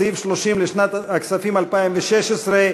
סעיף 30 לשנת הכספים 2016,